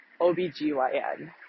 OBGYN